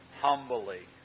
humbly